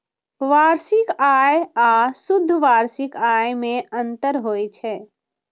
वार्षिक आय आ शुद्ध वार्षिक आय मे अंतर होइ छै